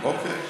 אוקיי.